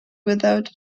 without